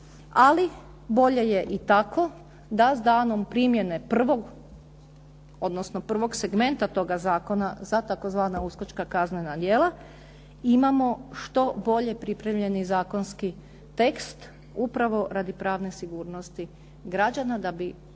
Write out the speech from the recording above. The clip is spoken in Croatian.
ali bolje je i tako da s danom primjene prvog, odnosno prvog segmenta toga zakona za tzv. uskočka kaznena djela imamo što bolje pripremljeni zakonski tekst upravo radi pravne sigurnosti građana da bi